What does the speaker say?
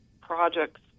projects